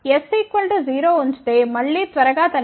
s0 ఉంచి మళ్ళీ త్వరగా తనిఖీ చేయండి